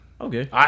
Okay